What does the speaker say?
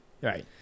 Right